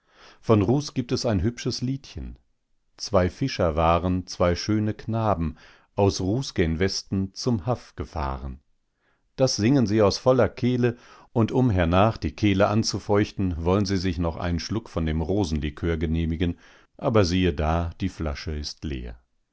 von ruß gibt es ein hübsches liedchen zwei fischer waren zwei schöne knaben aus ruß gen westen zum haff gefahren das singen sie aus voller kehle und um hernach die kehle anzufeuchten wollen sie sich noch einen schluck von dem rosenlikör genehmigen aber siehe da die flasche ist leer